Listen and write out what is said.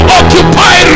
occupy